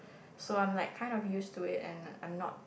so I'm like kind of used to it and I'm not